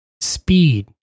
Speed